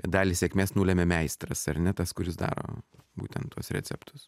dalį sėkmės nulemia meistras ar ne tas kuris daro būtent tuos receptus